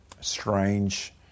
strange